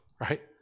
right